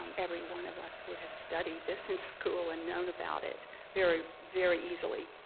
um everyone of us would have studied this in school and known about it very, very easily.